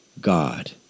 God